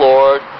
Lord